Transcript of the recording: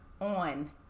on